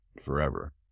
forever